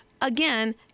again